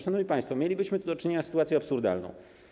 Szanowni państwo, mielibyśmy do czynienia z sytuacją absurdalną.